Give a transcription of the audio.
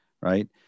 Right